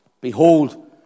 Behold